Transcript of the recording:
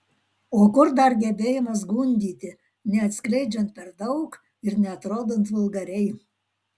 o kur dar gebėjimas gundyti neatskleidžiant per daug ir neatrodant vulgariai